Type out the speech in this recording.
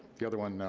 the other one,